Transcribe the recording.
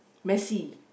messy